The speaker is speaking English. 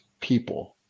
people